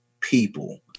people